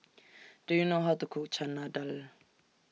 Do YOU know How to Cook Chana Dal